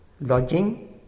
lodging